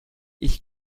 ich